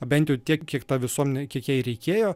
bent jau tiek kiek ta visuomenė kiek jai reikėjo